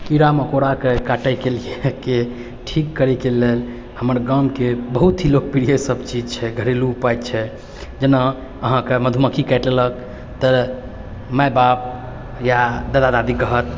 कीड़ा मकोड़ाके काटैके लियऽ के ठीक करैके लेल हमर गाँवके बहुत ही लोकप्रिय सब चीज छै घरेलू उपाय छै जेना अहाँके मधुमक्खी काटि लेलक तऽ माय बाप या दादा दादी कहत